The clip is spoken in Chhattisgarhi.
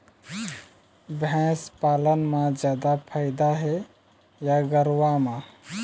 भैंस पालन म जादा फायदा हे या गरवा म?